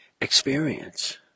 experience